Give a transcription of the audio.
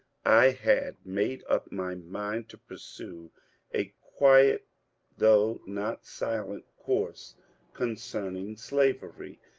i had made up my mind to pursue a quiet though not silent course concerning slavery,